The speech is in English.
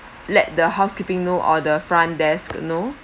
let the housekeeping know or the front desk know